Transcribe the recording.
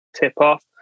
tip-off